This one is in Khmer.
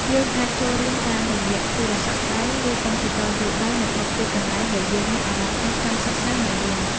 យើងអាចចូលរៀនបានតាមរយៈទូរស័ព្ទដៃ ឬកុំព្យូទ័រយួរដៃនៅគ្រប់ទីកន្លែងដែលយើងមានអារម្មណ៍ថាចង់សិក្សាមេរៀន។